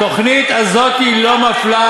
התוכנית הזאת לא מפלה,